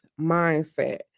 mindset